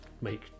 make